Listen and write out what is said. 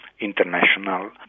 international